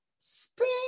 Spring